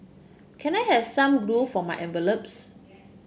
can I have some glue for my envelopes